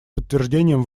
подтверждением